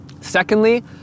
Secondly